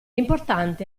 importante